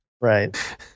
Right